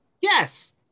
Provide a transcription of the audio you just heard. Yes